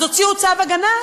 אז הוציאו צו הגנה,